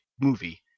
movie